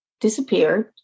disappeared